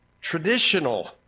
traditional